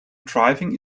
driving